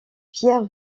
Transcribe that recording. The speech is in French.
pierre